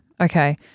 Okay